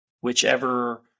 whichever